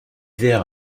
vert